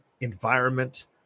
environment